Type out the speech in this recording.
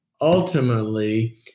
ultimately